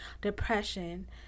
depression